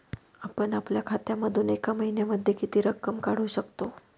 आपण आपल्या खात्यामधून एका महिन्यामधे किती रक्कम काढू शकतो?